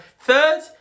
third